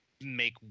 make